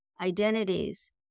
identities